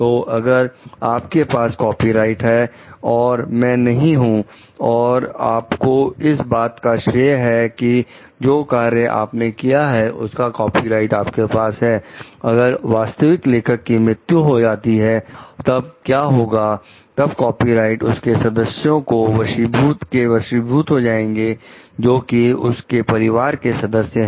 तो अगर आपके पास कॉपीराइट है और मैं नहीं हूं और आपको इस बात का श्रेय है कि जो कार्य आपने किया है उसका कॉपीराइट आपके पास है अगर वास्तविक लेखक की मृत्यु हो जाती है तब क्या होगा तब कॉपीराइट उसके सदस्यों को वशीभूत हो जाएगा जो कि उसके परिवार के सदस्य हैं